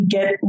get